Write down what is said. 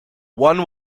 one